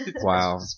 Wow